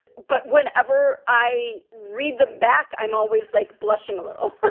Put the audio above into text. but whenever i read the back, i'm always, like, blushing a little.